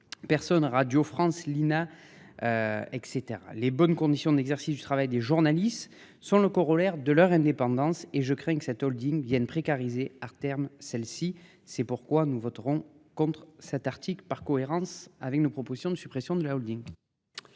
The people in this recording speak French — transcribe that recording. personnes. Radio France l'INA. etc les bonnes conditions d'exercice du travail des journalistes sur le corollaire de leur indépendance et je crains que cette Holding Bien précarisés terme celle-ci. C'est pourquoi nous voterons contre cet article par cohérence avec nos propositions de suppression de la Holding.